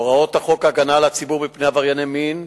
הוראות חוק הגנה על הציבור מפני עברייני מין,